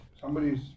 somebody's